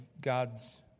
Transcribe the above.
God's